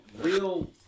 real